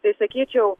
tai sakyčiau